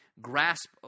grasp